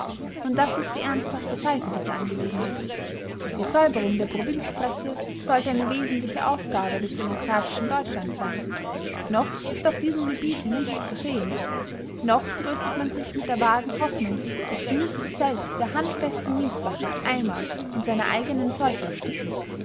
und das ist die ernsthafte seite dieser angelegenheit die säuberung der provinzpresse sollte eine wesentliche aufgabe des demokratischen deutschlands sein noch ist auf diesem gebiete nichts geschehen noch tröstet man sich mit der vagen hoffnung es müßte selbst der handfeste miesbacher einmal in seiner eigenen seuche ersticken